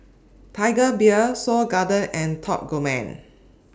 Tiger Beer Seoul Garden and Top Gourmet